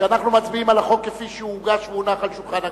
שאנחנו מצביעים על החוק כפי שהוגש והונח על שולחן הכנסת.